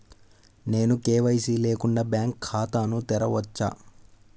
నేను కే.వై.సి లేకుండా బ్యాంక్ ఖాతాను తెరవవచ్చా?